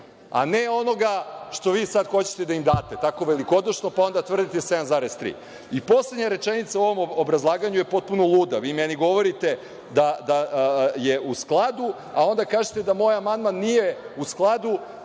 a ne onoga što vi sad hoćete da im date tako velikodušno, pa onda tvrdite 7,3%.I, poslednja rečenica u ovom obrazlaganju je potpuno luda. Vi meni govorite da je u skladu, a onda kažete da moj amandman nije u skladu